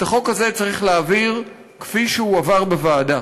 את החוק הזה צריך להעביר כפי שהוא הועבר בוועדה.